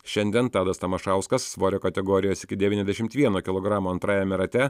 šiandien tadas tamašauskas svorio kategorijos iki devyniasdešimt vieno kilogramo antrajame rate